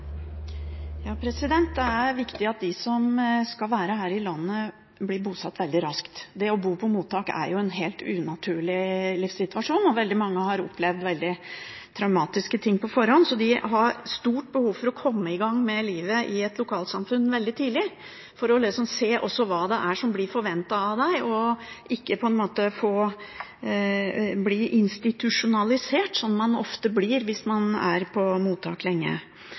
viktig at de som skal være her i landet, blir bosatt veldig raskt. Det å bo på mottak er en helt unaturlig livssituasjon. Mange har opplevd veldig traumatiske ting på forhånd, så de har stort behov for å komme i gang med livet i et lokalsamfunn veldig tidlig, også for å se hva som blir forventet av dem, og ikke bli institusjonalisert, som man ofte blir hvis man er på mottak lenge.